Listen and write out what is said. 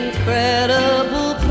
incredible